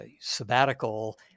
sabbatical